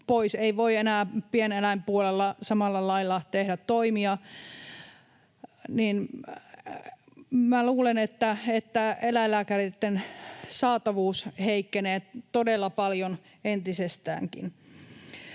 pois eikä voi enää pieneläinpuolella samalla lailla tehdä toimia, niin minä luulen, että eläinlääkäreitten saatavuus heikkenee todella paljon entisestäänkin.